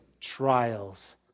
trials